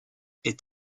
est